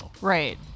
Right